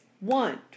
One